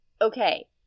Okay